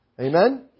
Amen